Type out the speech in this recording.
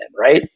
right